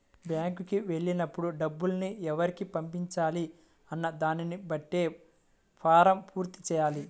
బ్యేంకుకి వెళ్ళినప్పుడు డబ్బుని ఎవరికి పంపించాలి అన్న దానిని బట్టే ఫారమ్ పూర్తి చెయ్యాలి